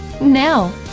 Now